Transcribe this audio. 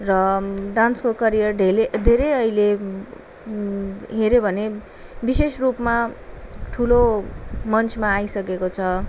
र डान्सको करियर ढिले धेरै अहिले हेऱ्योभने विशेष रूपमा ठुलो मन्चमा आइसकेको छ